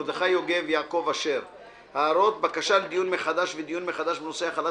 מרדכי יוגב ויעקב אשר בקשה לדיון מחדש ודיון מחדש בנושא החלת